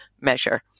measure